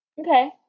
Okay